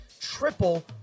triple